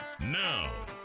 Now